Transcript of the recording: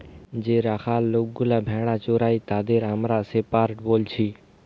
যে রাখাল লোকগুলা ভেড়া চোরাই তাদের আমরা শেপার্ড বলছি